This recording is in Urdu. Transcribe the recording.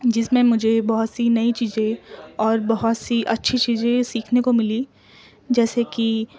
جس میں مجھے بہت سی نئی چیزیں اور بہت سی اچھی چیزیں سیکھنے کو ملی جیسے کی